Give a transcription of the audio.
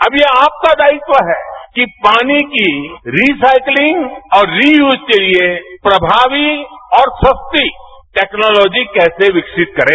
अब ये आपका दायित्व है कि पानी की रिसाइक्लिंग और रीयूज के लिए प्रमावी और सस्ती टेक्नोलॉजी कैसे विकसित करे